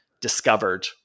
discovered